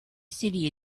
city